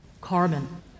carbon